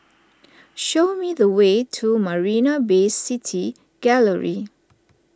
show me the way to Marina Bay City Gallery